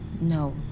No